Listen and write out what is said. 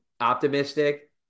optimistic